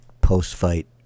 post-fight